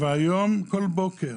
אבל היום, כל בוקר